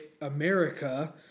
America